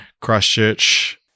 Christchurch